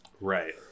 Right